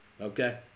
Okay